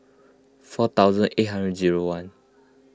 four thousand eight hundred zero one